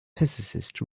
physicist